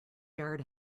yard